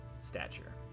stature